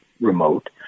remote